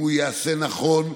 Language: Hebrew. אם הוא ייעשה נכון.